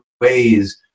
ways